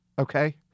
Okay